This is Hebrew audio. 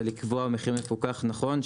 זה לקבוע מחיר מפוקח נכון,